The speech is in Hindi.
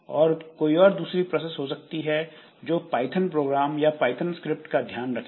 और कोई और दूसरी प्रोसेस हो सकती है जो पाइथन प्रोग्राम या पाइथन स्क्रिप्ट का ध्यान रखे